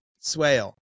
swale